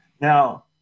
Now